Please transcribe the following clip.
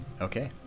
Okay